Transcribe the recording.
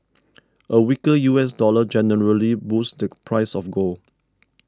a weaker U S dollar generally boosts the price of gold